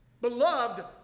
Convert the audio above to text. Beloved